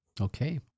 okay